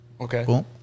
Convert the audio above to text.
Okay